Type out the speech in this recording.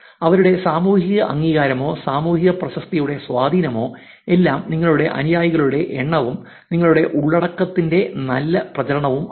അവരുടെ സാമൂഹിക അംഗീകാരമോ സാമൂഹിക പ്രശസ്തിയുടെ സ്വാധീനമോ എല്ലാം നിങ്ങളുടെ അനുയായികളുടെ എണ്ണവും നിങ്ങളുടെ ഉള്ളടക്കത്തിന്റെ നല്ല പ്രചാരണവുമാണ്